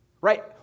right